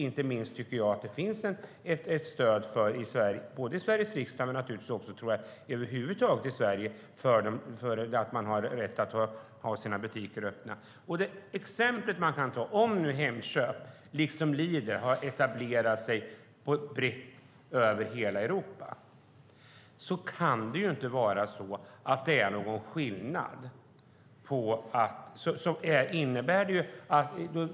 Inte minst tycker jag att det både i Sveriges riksdag och naturligtvis också, tror jag, över huvud taget i Sverige finns ett stöd för att man har rätt att ha sina butiker öppna. Ett exempel man kan ta är följande: Om nu Hemköp liksom Lidl har etablerat sig brett över hela Europa kan det inte vara så att det är någon skillnad.